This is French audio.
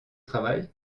travail